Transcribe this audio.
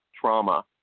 Trauma